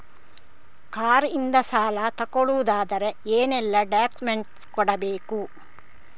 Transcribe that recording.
Car ಇಂದ ಸಾಲ ತಗೊಳುದಾದ್ರೆ ಏನೆಲ್ಲ ಡಾಕ್ಯುಮೆಂಟ್ಸ್ ಕೊಡ್ಬೇಕು?